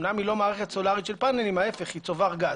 אמנם היא לא מערכת סולרית של להפך - היא צובר גז.